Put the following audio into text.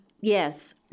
Yes